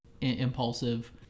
impulsive